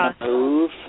move